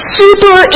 super